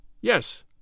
Yes